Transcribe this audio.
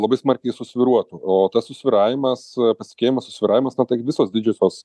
labai smarkiai susvyruotų o tas susvyravimas pasitikėjimas susvyravimas na tai gi visos didžiosios